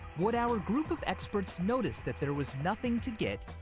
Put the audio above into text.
would our group of experts notice that there was nothing to get,